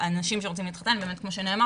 אנשים שרוצים להתחתן באמת כמו שנאמר